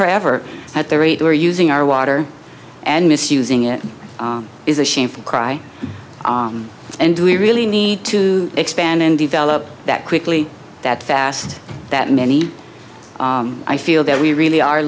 forever at the rate we're using our water and misusing it is a shameful cry and we really need to expand and develop that quickly that fast that many i feel that we really are